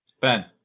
Ben